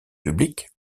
public